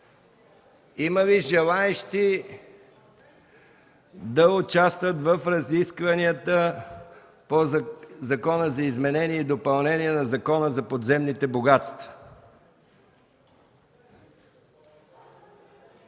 Има ли желаещи да участват в разискванията по Закона за изменение и допълнение на Закона за подземните богатства?